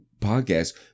podcast